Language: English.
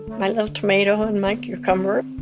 my little tomato and my cucumber.